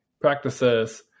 practices